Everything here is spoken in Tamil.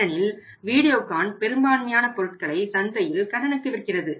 ஏனெனில் வீடியோகான் பெரும்பான்மையான பொருட்களை சந்தையில் கடனுக்கு விற்கிறது